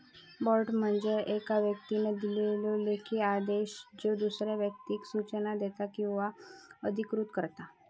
warrant म्हणजे येका व्यक्तीन दिलेलो लेखी आदेश ज्यो दुसऱ्या व्यक्तीक सूचना देता किंवा अधिकृत करता